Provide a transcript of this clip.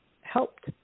helped